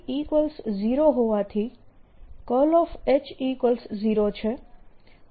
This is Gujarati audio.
Jfree0 હોવાથી H0 છે અને